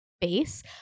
base